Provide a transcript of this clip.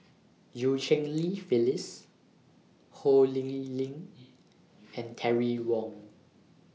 EU Cheng Li Phyllis Ho Lee Ling and Terry Wong